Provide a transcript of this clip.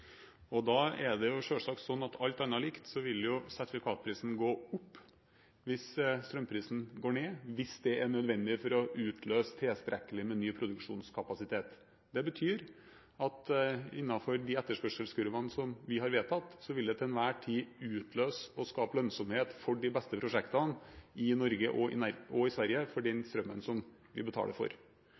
prosjekter. Da er det selvsagt sånn at er alt annet likt, så vil sertifikatprisen gå opp hvis strømprisen går ned, hvis det er nødvendig for å utløse tilstrekkelig med ny produksjonskapasitet. Det betyr at innenfor de etterspørselskurvene som vi har vedtatt, vil det til enhver tid utløse og skape lønnsomhet for de beste prosjektene i Norge og i Sverige, for den strømmen som vi betaler for.